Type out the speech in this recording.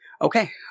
Okay